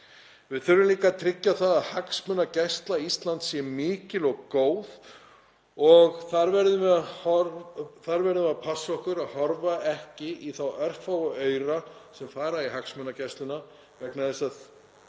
Við þurfum líka að tryggja að hagsmunagæsla Íslands sé mikil og góð og þar verðum við að passa okkur að horfa ekki í þá örfáu aura sem fara í hagsmunagæsluna vegna þess að